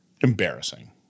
Embarrassing